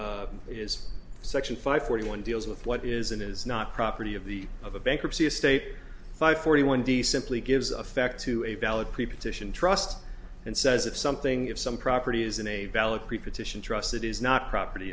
d is section five forty one deals with what is and is not property of the of a bankruptcy a state five forty one d simply gives effect to a valid preposition trust and says if something of some property isn't a valid preposition trust it is not property